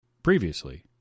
Previously